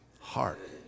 heart